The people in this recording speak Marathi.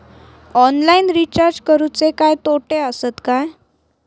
ऑनलाइन रिचार्ज करुचे काय तोटे आसत काय?